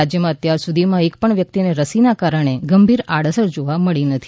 રાજ્યમાં અત્યાર સુધીમાં એક પણ વ્યક્તિને રસીને કારણે ગંભીર આડઅસર જોવા મળી નથી